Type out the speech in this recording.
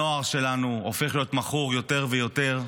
הנוער שלנו הופך להיות מכור יותר ויותר,